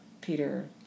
Peter